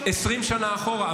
20 שנה אחורה.